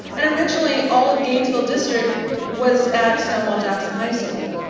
and originally all of gainesville district was at stonewall jackson high school.